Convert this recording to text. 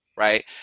Right